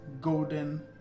golden